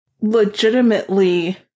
legitimately